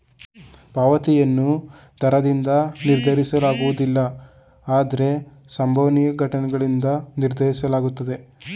ಪಾವತಿಯನ್ನು ದರದಿಂದ ನಿರ್ಧರಿಸಲಾಗುವುದಿಲ್ಲ ಆದ್ರೆ ಸಂಭವನೀಯ ಘಟನ್ಗಳಿಂದ ನಿರ್ಧರಿಸಲಾಗುತ್ತೆ